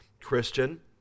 Christian